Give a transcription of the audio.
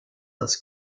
das